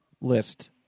List